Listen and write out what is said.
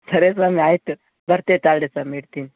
ಖರೆ ಸ್ವಾಮಿ ಆಯಿತು ಬರ್ತಿವಿ ತಾಳಿರಿ ಸ್ವಾಮಿ ಇಡ್ತೀನಿ